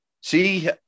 See